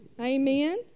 Amen